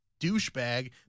douchebag